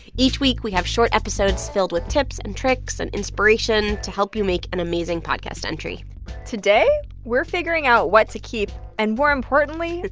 each week, we have short episodes filled with tips and tricks and inspiration to help you make an amazing podcast entry today, we're figuring out what to keep and, more importantly,